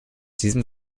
diesem